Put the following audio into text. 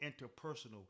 interpersonal